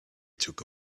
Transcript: took